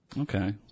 Okay